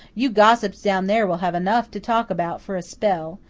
you gossips down there will have enough to talk about for a spell.